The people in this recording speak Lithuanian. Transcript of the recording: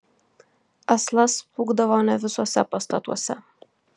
aslas plūkdavo ne visuose pastatuose